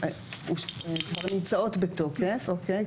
התקנות שכבר נמצאות בתוקף, אוקיי?